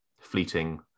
fleeting